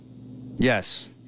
Yes